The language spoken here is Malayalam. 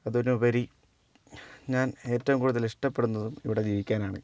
അതിനുപരി ഞാൻ ഏറ്റവും കൂടുതൽ ഇഷ്ടപ്പെടുന്നതും ഇവിടെ ജീവിക്കാനാണ്